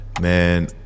man